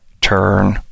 turn